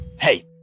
Hey